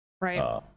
right